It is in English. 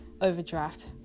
overdraft